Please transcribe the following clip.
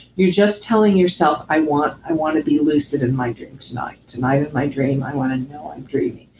you're just telling yourself, i want i want to be lucid in my dream tonight. tonight in my dream, i want to know i'm dreaming.